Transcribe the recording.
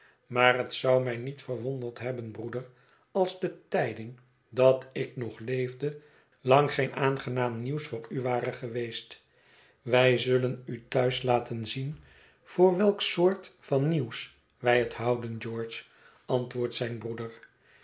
maar het zou mij niet verwonderd hebben broeder als de tijding dat ik nog leefde lang geen aangenaam nieuws voor u ware geweest wij zullen u thuis laten zien voor welk soort van nieuws wij het houden george antwoordt zijn broeder